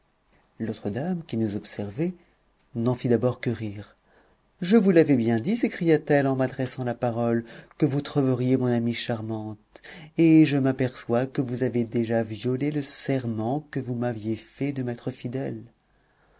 l'autre dame qui nous observait n'en fit d'abord que rire je vous l'avais bien dit s'écria-t-elle en m'adressant la parole que vous trouveriez mon amie charmante et je m'aperçois que vous avez déjà violé le serment que vous m'aviez fait de m'être fidèle